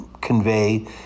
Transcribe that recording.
convey